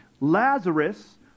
Lazarus